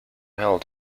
held